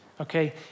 okay